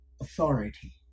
authority